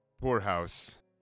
poorhouse